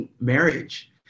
marriage